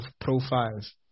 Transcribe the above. profiles